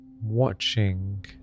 watching